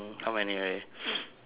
how many already